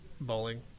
bowling